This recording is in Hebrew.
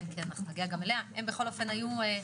- בבקשה.